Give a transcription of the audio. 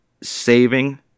Saving